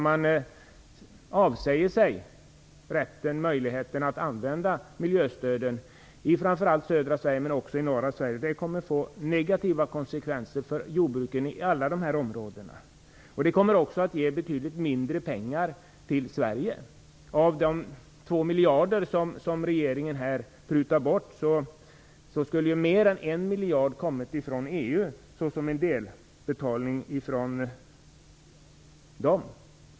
Man avsäger sig möjligheten att använda miljöstöden, framför allt i södra men också i norra Sverige, och det kommer att ge negativa konsekvenser för jordbruket inom alla de berörda områdena. Detta kommer också att ge betydligt mindre pengar till Sverige. Av de 2 miljarder kronor som regeringen prutar bort skulle mer än 1 miljard kronor ha kommit som en delbetalning från EU.